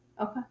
okay